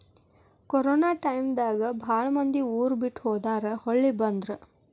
corona time ದಾಗ ಬಾಳ ಮಂದಿ ಊರ ಬಿಟ್ಟ ಹೊದಾರ ಹೊಳ್ಳಿ ಬಂದ್ರ